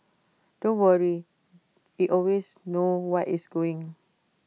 don't worry IT always knows what it's doing